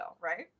right